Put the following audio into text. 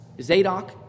Zadok